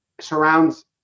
surrounds